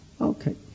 Okay